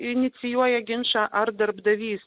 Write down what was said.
inicijuoja ginčą ar darbdavys